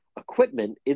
equipment